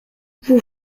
vous